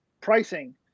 pricing